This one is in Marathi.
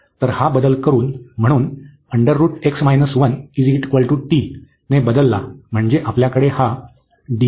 तर हा बदल करून म्हणून ने बदलला म्हणजे आपल्याकडे हा